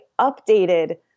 updated